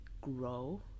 grow